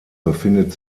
befindet